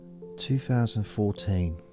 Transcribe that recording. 2014